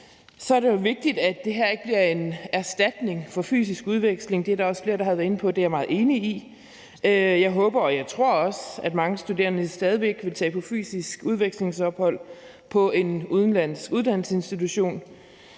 Så er det vigtigt, at det her ikke bliver en erstatning for fysisk udveksling. Det er der også flere der har været inde på. Det er jeg meget enig i. Jeg håber, og jeg tror også, at mange studerende stadig væk vil tage på fysisk udvekslingsophold på en udenlandsk uddannelsesinstitution,